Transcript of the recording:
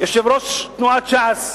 יו"ר תנועת ש"ס,